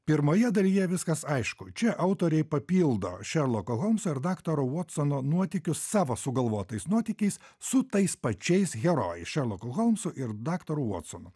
pirmoje dalyje viskas aišku čia autoriai papildo šerloko holmso ir daktaro votsono nuotykius savo sugalvotais nuotykiais su tais pačiais herojais šerloku holmsu ir daktaru votsonu